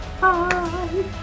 bye